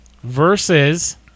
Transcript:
versus